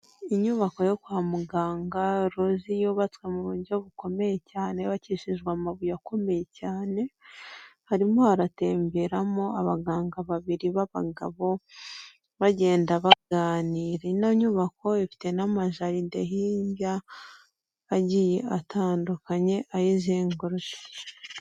Inyubako yo kwa muganga, uruzi yubatswe mu buryo bukomeye cyane, yubakishijwe amabuye akomeye cyane, harimo haratemberamo abaganga babiri b'abagabo, bagenda baganira, ino nyubako ifite n'amajaride hirya agiye atandukanye ayizengurutse.